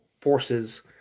forces